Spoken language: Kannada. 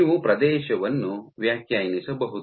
ನೀವು ಪ್ರದೇಶವನ್ನು ವ್ಯಾಖ್ಯಾನಿಸಬಹುದು